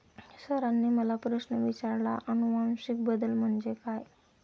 सरांनी मला प्रश्न विचारला आनुवंशिक बदल म्हणजे काय?